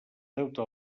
deute